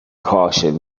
caution